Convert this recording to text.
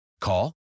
Call